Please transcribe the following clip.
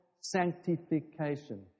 sanctification